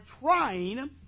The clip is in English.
trying